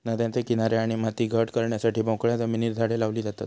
नद्यांचे किनारे आणि माती घट करण्यासाठी मोकळ्या जमिनीर झाडे लावली जातत